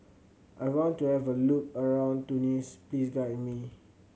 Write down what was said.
I want to have a look around Tunis please guide me